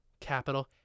Capital